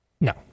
No